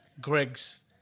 Greg's